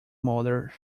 mother